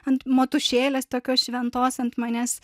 ant motušėlės tokios šventos ant manęs